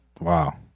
Wow